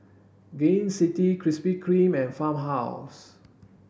Gain City Krispy Kreme and Farmhouse